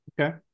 okay